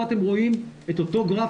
פה אתם רואים את אותו גרף,